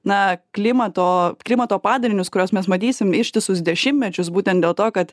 na klimato klimato padarinius kuriuos mes matysim ištisus dešimtmečius būtent dėl to kad